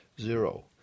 zero